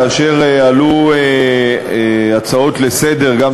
כאשר עלו הצעות לסדר-היום,